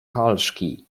halszki